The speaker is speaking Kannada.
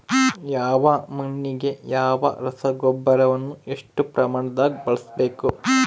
ಯಾವ ಮಣ್ಣಿಗೆ ಯಾವ ರಸಗೊಬ್ಬರವನ್ನು ಎಷ್ಟು ಪ್ರಮಾಣದಾಗ ಬಳಸ್ಬೇಕು?